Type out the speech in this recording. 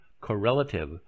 correlative